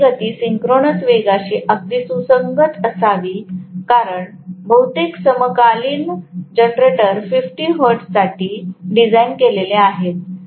आणि ती गती सिंक्रोनस वेगाशी अगदी सुसंगत असावी कारण बहुतेक समकालिक जनरेटर 50 हर्ट्जसाठी डिझाइन केलेले आहेत